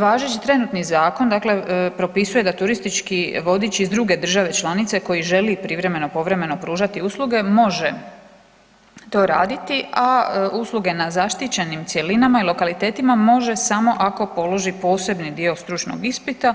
Važeći trenutni zakon dakle propisuje da turistički vodič iz druge države članice koji želi privremeno i povremeno pružati usluge može to raditi, a usluge na zaštićenim cjelinama i lokalitetima može samo ako položi posebni dio stručnog ispita